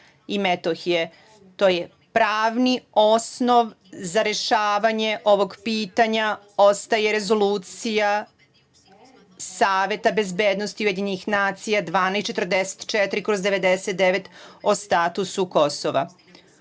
i Metohije. To je pravni osnov za rešavanje ovog pitanja, ostaje Rezolucija Saveta bezbednosti Ujedinjenih nacija 1244/99 o statusu Kosova.U